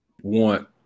want